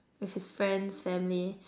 with his friends family